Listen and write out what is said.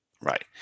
Right